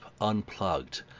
Unplugged